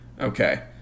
okay